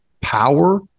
power